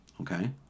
Okay